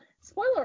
spoiler